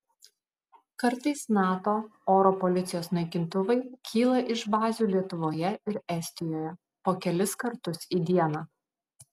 kartais nato oro policijos naikintuvai kyla iš bazių lietuvoje ir estijoje po kelis kartus į dieną